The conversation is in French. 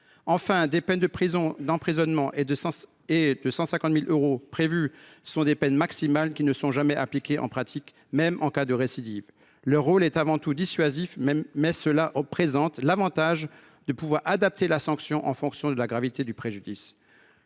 Les peines d’emprisonnement et les amendes de 150 000 euros prévues sont des plafonds. Elles ne sont jamais appliquées en pratique, même en cas de récidive. Leur rôle est avant tout dissuasif, mais elles présentent l’avantage de pouvoir adapter la sanction en fonction de la gravité du préjudice.